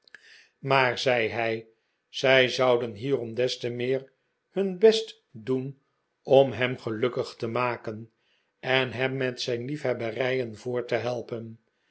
maar zei hij zij zouden hierom des te meer hun best doen om hem gelukkig te maken en hem met zijn liefhebberijen voort te helpen